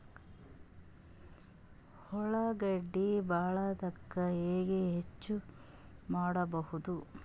ಉಳ್ಳಾಗಡ್ಡಿ ಬಾಳಥಕಾ ಹೆಂಗ ಹೆಚ್ಚು ಮಾಡಬಹುದು?